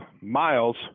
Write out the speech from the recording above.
miles